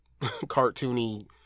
cartoony